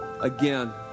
Again